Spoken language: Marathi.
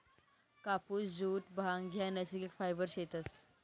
कापुस, जुट, भांग ह्या नैसर्गिक फायबर शेतस